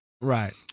right